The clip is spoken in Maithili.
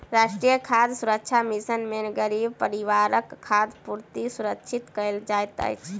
राष्ट्रीय खाद्य सुरक्षा मिशन में गरीब परिवारक खाद्य पूर्ति सुरक्षित कयल जाइत अछि